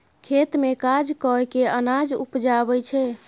खेत मे काज कय केँ अनाज उपजाबै छै